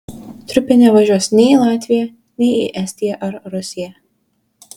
trupė nevažiuos nei į latviją nei į estiją ar rusiją